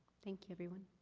thank you, everyone.